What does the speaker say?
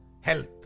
Health